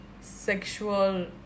sexual